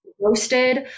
roasted